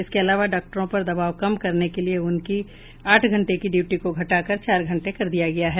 इसके अलावा डॉक्टरों पर दबाव कम करने के लिये उनकी आठ घंटे की ड्यूटी घटाकर चार घंटे कर दिया गया है